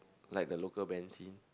like the local band scene